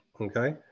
Okay